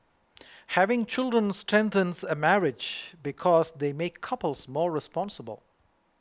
having children strengthens a marriage because they make couples more responsible